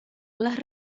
les